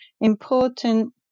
important